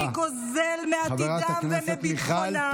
מי גוזל מעתידם ומביטחונם.